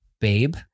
babe